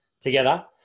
together